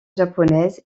japonaise